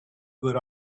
good